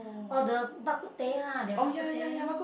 oh the Bak-kut-teh ah their Bak-kut-teh